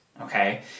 okay